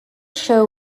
show